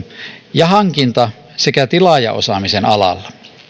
ja hankinta sekä tilaajaosaamisen alalla